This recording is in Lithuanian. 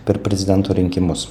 per prezidento rinkimus